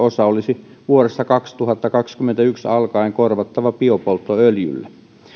olisi vuodesta kaksituhattakaksikymmentäyksi alkaen korvattava biopolttoöljyllä